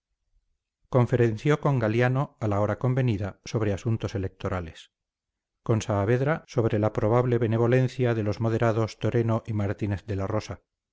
conferenció con galiano a la hora convenida sobre asuntos electorales con saavedra sobre la probable benevolencia de los moderados toreno y martínez de la rosa